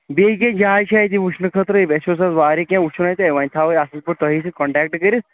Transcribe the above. بیٚیہِ کیٛاہ جاے چھےٚ اَتہِ وُچھنہٕ خٲطرٕ اَسہِ اوس اَسہِ واریاہ کیٚنٛہہ وُچُھن اَتہِ وۅنۍ تھاوَو اَصٕل پٲٹھۍ تُہی سۭتۍ کَنٹیٚکٹ کٔرِتھ